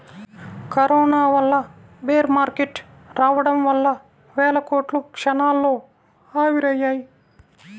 corona వల్ల bear market రావడం వల్ల వేల కోట్లు క్షణాల్లో ఆవిరయ్యాయి